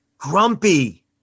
grumpy